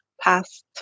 past